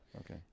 Okay